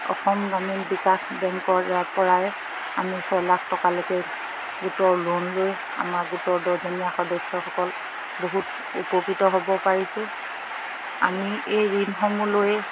অসম গ্ৰামীণ বিকাশ বেংকৰপৰাই আমি ছয় লাখ টকালৈকে গোটৰ লোন লৈ আমাৰ গোটৰ দহজনীয়া সদস্যসকল বহুত উপকৃত হ'ব পাৰিছোঁ আমি এই ঋণসমূহ লৈ